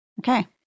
Okay